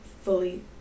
fully